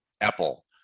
Apple